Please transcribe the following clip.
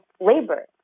labor